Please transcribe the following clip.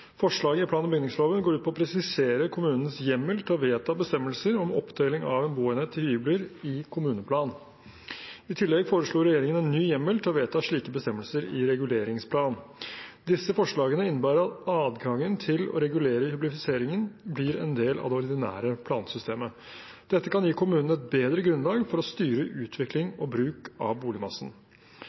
Forslaget når det gjelder plan- og bygningsloven, går ut på å presisere kommunens hjemmel til å vedta bestemmelser om oppdeling av en boenhet til hybler i kommuneplanen. I tillegg foreslo regjeringen en ny hjemmel til å vedta slike bestemmelser i reguleringsplanen. Disse forslagene innebar at adgangen til å regulere hyblifiseringen blir en del av det ordinære plansystemet. Dette kan gi kommunen et bedre grunnlag for å styre utvikling og bruk av boligmassen.